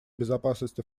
безопасности